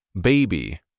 Baby